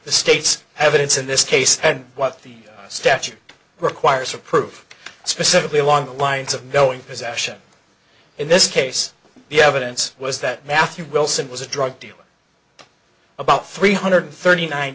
the state's evidence in this case and what the statute requires for proof specifically along the lines of knowing possession in this case the evidence was that matthew wilson was a drug dealer about three hundred thirty nine